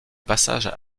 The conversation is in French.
passage